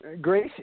grace